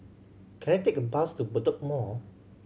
can I take a bus to Bedok Mall